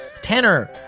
Tenor